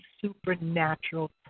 supernatural